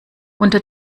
unter